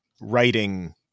writing